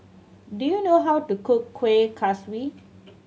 do you know how to cook Kuih Kaswi